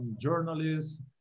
journalists